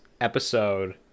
episode